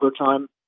overtime